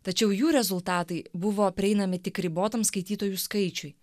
tačiau jų rezultatai buvo prieinami tik ribotam skaitytojų skaičiui